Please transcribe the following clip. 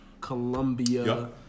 Colombia